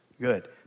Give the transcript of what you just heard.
Good